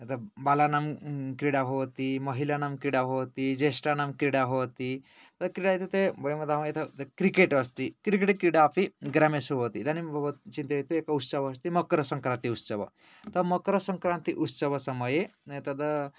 तत् बालानां क्रीडा भवति महिलानां क्रीडा भवति ज्येष्ठानां क्रीडा भवति क्रीडा इत्युक्ते वयं वदाम यत् क्रिकेट् अस्ति क्रिकेट् क्रीडा अपि ग्रामेषु भवति इदानीं इदानीं भवान् चिन्तयतु एक उत्सव अस्ति मकरसङ्क्रान्ति उत्सव मकरसङ्क्रान्ति उत्सवसमये तदा